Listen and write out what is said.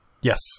Yes